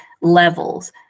levels